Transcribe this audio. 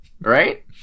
Right